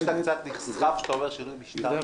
שאתה קצת נסחף כשאתה אומר "שינוי משטר"?